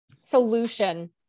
solution